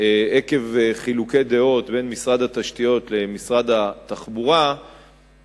עקב חילוקי דעות בין משרד התשתיות למשרד התחבורה,